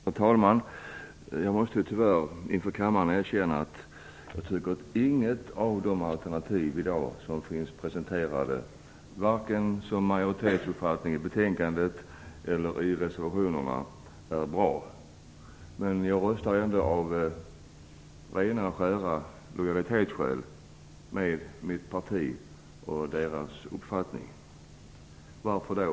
Herr talman! Jag måste tyvärr inför kammaren erkänna att jag tycker att inget av de alternativ som finns presenterat i dag, varken majoritetsuppfattningen i betänkandet eller reservationerna, är bra. Men jag röstar ändå av rena skära lojaliteten med mitt parti och deras uppfattning. Varför då?